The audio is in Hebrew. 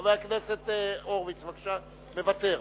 חבר הכנסת הורוביץ, מוותר.